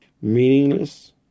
Meaningless